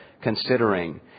considering